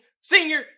senior